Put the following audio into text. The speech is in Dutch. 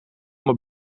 mijn